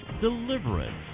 deliverance